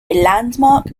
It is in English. landmark